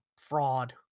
fraud